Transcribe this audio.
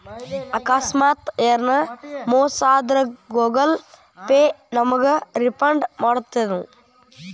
ಆಕಸ್ಮಾತ ಯೆನರ ಮೋಸ ಆದ್ರ ಗೂಗಲ ಪೇ ನಮಗ ರಿಫಂಡ್ ಮಾಡ್ತದೇನು?